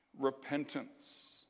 repentance